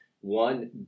one